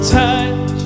touch